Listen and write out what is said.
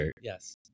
Yes